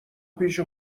پیش